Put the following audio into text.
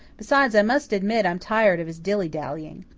besides, i must admit i'm tired of his dilly-dallying.